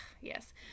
yes